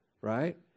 right